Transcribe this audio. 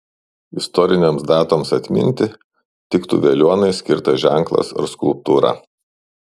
istorinėms datoms atminti tiktų veliuonai skirtas ženklas ar skulptūra